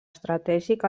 estratègic